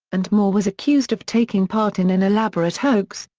and moore was accused of taking part in an elaborate hoax,